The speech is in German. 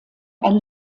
ein